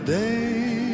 day